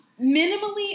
Minimally